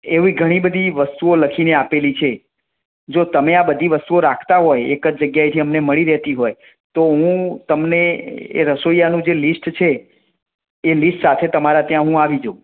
એવી ઘણી બધી વસ્તુઓ લખીને આપી છે જો તમે આ બધી વસ્તુઓ રાખતાં હોય એક જ જગ્યાએથી અમને મળી રહેતી હોય તો હું તમને એ રસોઈયાનું જે લિસ્ટ છે એ લિસ્ટ સાથે પણ તમારે ત્યાં હું આવી જાઉં